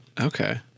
Okay